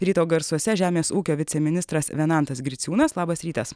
ryto garsuose žemės ūkio viceministras venantas griciūnas labas rytas